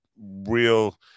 Real